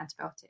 antibiotic